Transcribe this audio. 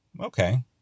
Okay